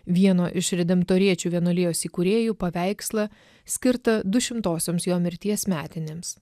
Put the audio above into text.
vieno iš redemptoriečių vienuolijos įkūrėjų paveikslą skirtą dušimtosioms jo mirties metinėms